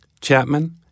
Chapman